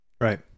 Right